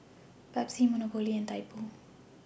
Pepsi Monopoly and Typo